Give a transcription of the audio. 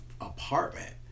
apartment